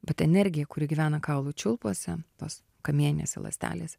bet energija kuri gyvena kaulų čiulpuose tos kamieninėse ląstelėse